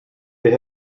they